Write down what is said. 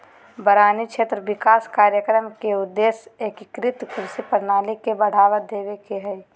वारानी क्षेत्र विकास कार्यक्रम के उद्देश्य एकीकृत कृषि प्रणाली के बढ़ावा देवे के हई